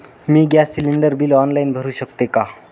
मी gas cylinder bill online भरु शकते का?